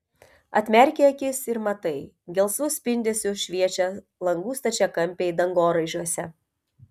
atmerki akis ir matai gelsvu spindesiu šviečia langų stačiakampiai dangoraižiuose